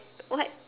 what